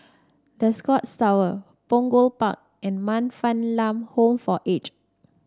The Scotts Punggol Park and Man Fatt Lam Home for Aged